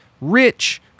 rich